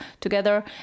together